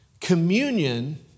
Communion